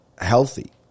healthy